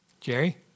Jerry